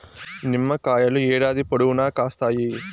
నిమ్మకాయలు ఏడాది పొడవునా కాస్తాయి